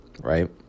right